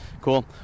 Cool